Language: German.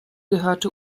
gehörte